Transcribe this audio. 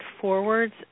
forwards